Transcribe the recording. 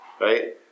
right